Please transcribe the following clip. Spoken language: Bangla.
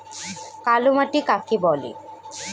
কালোমাটি কাকে বলে?